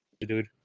dude